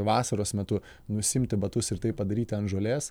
vasaros metu nusiimti batus ir tai padaryti ant žolės